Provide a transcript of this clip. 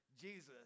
Jesus